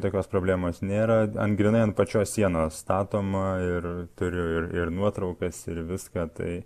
tokios problemos nėra ant grynai ant pačios sienos statoma ir turiu ir ir nuotraukas ir viską tai